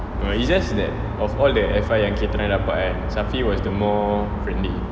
no it's just that of all the F_I yang kita pernah dapat kan safi was the more friendly